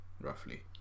roughly